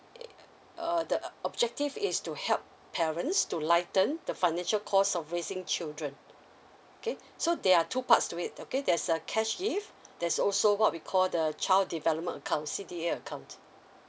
uh the objective is to help parents to lighten the financial cost of raising children okay so there are two parts to it okay there are a cash gift that's also what we called the child development account C_D_A account